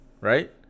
right